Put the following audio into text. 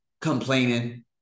complaining